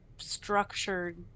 structured